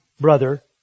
brother